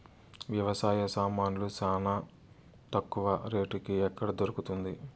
వ్యవసాయ సామాన్లు చానా తక్కువ రేటుకి ఎక్కడ దొరుకుతుంది?